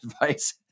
advice